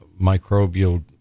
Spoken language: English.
microbial